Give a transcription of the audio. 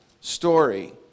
story